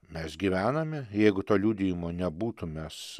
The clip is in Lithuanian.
mes gyvename jeigu to liudijimo nebūtų mes